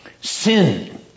sin